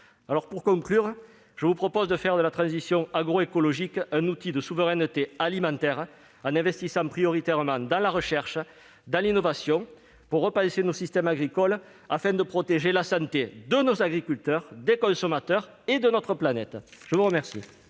Pour conclure, je vous propose de faire de la transition agroécologique un outil de souveraineté alimentaire en investissant prioritairement dans la recherche et l'innovation, afin de repenser nos systèmes agricoles et de protéger la santé des agriculteurs, des consommateurs et de notre planète. La parole